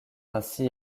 ainsi